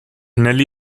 nelly